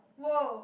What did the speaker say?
!woah!